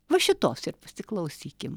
va šitos ir pasiklausykim